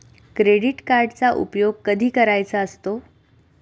Credit कार्डचा उपयोग कधी करायचा असतो?